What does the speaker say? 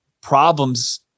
problems